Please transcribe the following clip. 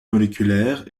moléculaire